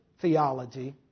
theology